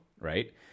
right